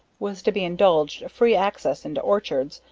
was to be indulged free access into orchards,